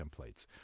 templates